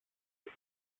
του